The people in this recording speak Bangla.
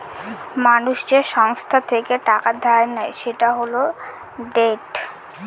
মানুষ যে সংস্থা থেকে টাকা ধার নেয় সেটা হল ডেট